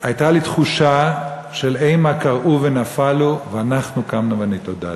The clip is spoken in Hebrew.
הייתה לי תחושה של "המה כרעו ונפלו ואנחנו קמנו ונתעודד".